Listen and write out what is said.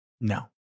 No